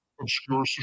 obscure